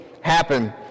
happen